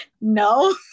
No